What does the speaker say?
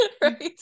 right